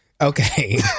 Okay